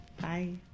Bye